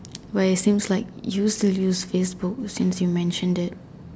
where it seems like you used to use Facebook since you mentioned it